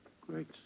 Great